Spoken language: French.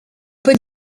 peut